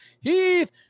Heath